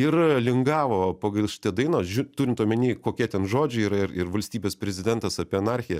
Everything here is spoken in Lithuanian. ir lingavo pagal šitą dainą žiu turint omeny kokie ten žodžiai yra ir ir valstybės prezidentas apie anarchiją